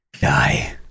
Die